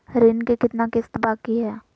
ऋण के कितना किस्त बाकी है?